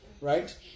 right